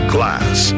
Class